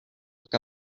look